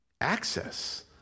access